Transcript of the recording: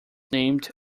named